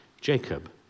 Jacob